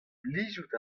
plijout